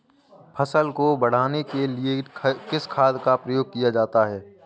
फसल को बढ़ाने के लिए किस खाद का प्रयोग किया जाता है?